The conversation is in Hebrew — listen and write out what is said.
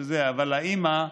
אבל האימא,